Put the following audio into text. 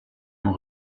ont